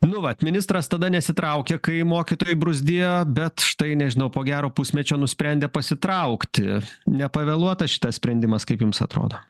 nu vat ministras tada nesitraukė kai mokytojai bruzdėjo bet štai nežinau po gero pusmečio nusprendė pasitraukti nepavėluotas šitas sprendimas kaip jums atrodo